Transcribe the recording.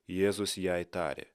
jėzus jai tarė